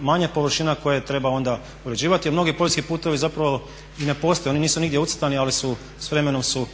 manje površina koje treba onda uređivati jer mnogi poljski putovi zapravo i ne postoje. Oni nisu nigdje ucrtani, ali su, s vremenom su